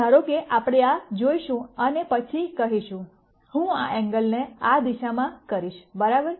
તો ધારો કે આપણે આ જોઈશું અને પછી કહીશું હું આ ઐંગલને આ દિશામાં કરીશ બરાબર